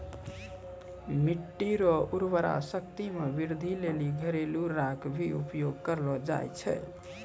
मिट्टी रो उर्वरा शक्ति मे वृद्धि लेली घरेलू राख भी उपयोग करलो जाय छै